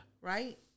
Right